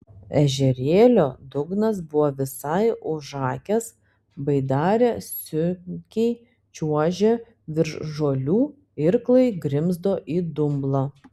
ežerėlio dugnas buvo visai užakęs baidarė sunkiai čiuožė virš žolių irklai grimzdo į dumblą